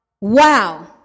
Wow